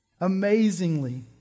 Amazingly